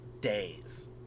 days